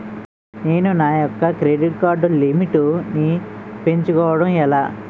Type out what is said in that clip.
నేను నా యెక్క క్రెడిట్ కార్డ్ లిమిట్ నీ పెంచుకోవడం ఎలా?